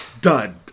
Done